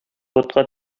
ботка